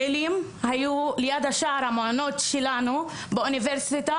פעילים היו ליד שער המעונות שלנו באוניברסיטה,